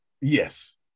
Yes